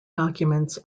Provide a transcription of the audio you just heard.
documents